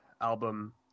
album